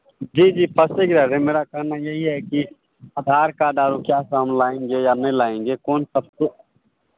जी जी फस्टे गिरा रहे मेरा कहना यही है कि आधार कार्ड और क्या क्या हम लाएंगे या नहीं लाएंगे कौन सब तो